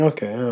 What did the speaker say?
Okay